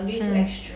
mm